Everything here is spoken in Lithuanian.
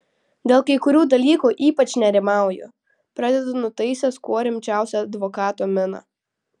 dėl kai kurių dalykų ypač nerimauju pradedu nutaisęs kuo rimčiausią advokato miną